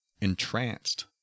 entranced